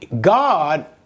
God